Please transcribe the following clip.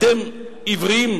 אתם עיוורים?